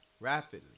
rapidly